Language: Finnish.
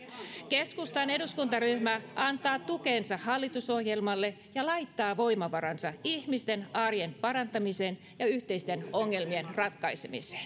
keskustan eduskuntaryhmä antaa tukensa hallitusohjelmalle ja laittaa voimavaransa ihmisten arjen parantamiseen ja yhteisten ongelmien ratkaisemiseen